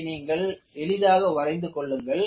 இதை நீங்கள் எளிதாக வரைந்து கொள்ளுங்கள்